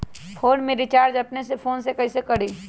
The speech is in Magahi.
फ़ोन में रिचार्ज अपने ही फ़ोन से कईसे करी?